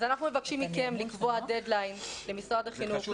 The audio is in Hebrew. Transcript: אז אנחנו מבקשים מכם לקבוע דד-ליין למשרד החינוך,